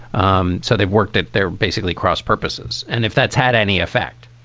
um so they've worked at their basically cross-purposes. and if that's had any effect